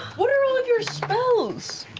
what are all of your spells?